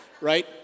Right